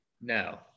No